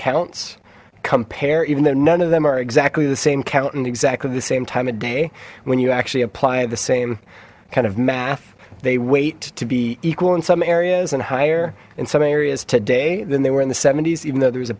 counts compared even though none of them are exactly the same count in exactly the same time of day when you actually apply the same kind of math they weight to be equal in some areas and higher in some areas today then they were in the s even though there was a